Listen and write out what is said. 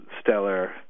stellar